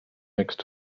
next